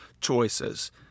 choices